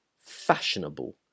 fashionable